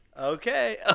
Okay